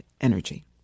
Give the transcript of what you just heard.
energy